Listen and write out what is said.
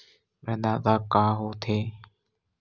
प्रदाता का हो थे?